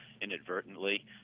inadvertently